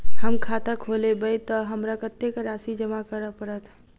हम खाता खोलेबै तऽ हमरा कत्तेक राशि जमा करऽ पड़त?